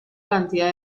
cantidad